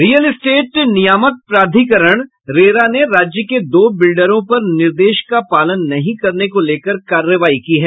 real estate नियामक प्राधिकरण RERA ने राज्य के दो बिल्डरों पर निर्देश का पालन नहीं करने को लेकर कार्रवाई की है